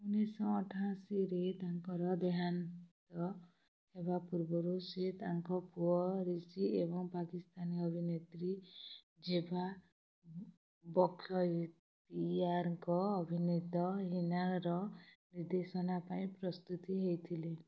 ଉନେଇଶିଶହ ଅଠାଅଶୀରେ ତାଙ୍କର ଦେହାନ୍ତ ହେବା ପୂର୍ବରୁ ସେ ତାଙ୍କ ପୁଅ ରିଷି ଏବଂ ପାକିସ୍ତାନୀ ଅଭିନେତ୍ରୀ ଜେବା ବଖତିୟାରଙ୍କ ଅଭିନୀତ ହିନାର ନିର୍ଦ୍ଦେଶନା ପାଇଁ ପ୍ରସ୍ତୁତି ହୋଇଥିଲେ